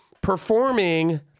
performing